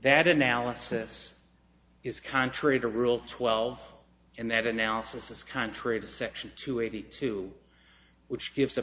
that analysis is contrary to rule twelve and that analysis is contrary to section two eighty two which gives the